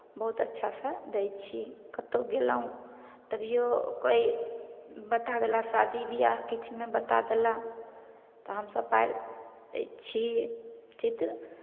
बहुत अच्छासँ दै छी कतहु गेलहुँ तभिओ कोइ बता देला शादी ब्याह किछुमे बता देला तऽ हम सभ पारि दै छी चित्र